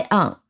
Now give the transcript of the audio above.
on